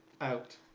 out